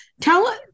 tell